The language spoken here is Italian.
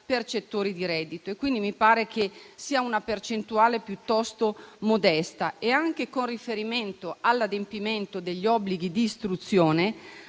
percettori di reddito). Mi pare che sia una percentuale piuttosto modesta. Con riferimento all'adempimento degli obblighi di istruzione,